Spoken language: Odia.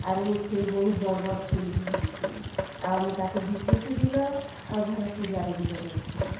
ଆରୁ ସେ ବହୁତ୍ ବଡ଼୍ ବଡ଼୍ ଫୁଲ୍ ବି ହେଉଚି ଆଉ ଆମେ ତାକୁ ବିକୁଚୁ ବିଲ ଆଉ ଘରେ ପୂଜାରେ ବି ଲଗଉଛୁଁ